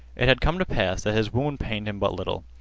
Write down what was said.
it had come to pass that his wound pained him but little.